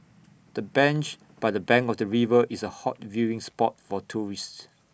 the bench by the bank of the river is A hot viewing spot for tourists